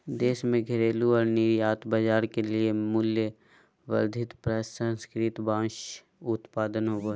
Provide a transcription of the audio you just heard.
देश में घरेलू और निर्यात बाजार के लिए मूल्यवर्धित प्रसंस्कृत बांस उत्पाद होबो हइ